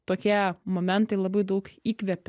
tokie momentai labai daug įkvepia